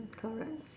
correct